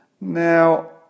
Now